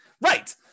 Right